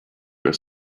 your